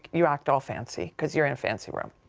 you act all fancy because you're in a fancy room.